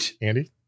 Andy